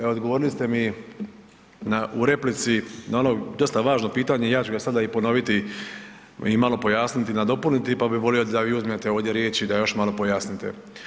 Evo, odgovorili ste mi na, u replici na ono dosta važno pitanje, ja ću ga sada i ponoviti i malo pojasniti i nadopuniti pa bi volio da vi uzmete ovdje riječ i da još malo pojasnite.